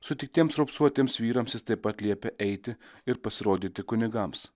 sutiktiems raupsuotiems vyrams taip pat liepia eiti ir pasirodyti kunigams